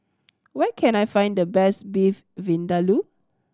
where can I find the best Beef Vindaloo